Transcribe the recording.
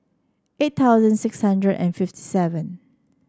eight thousand six hundred and fifty seven